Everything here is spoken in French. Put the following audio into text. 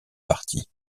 parti